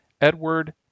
Edward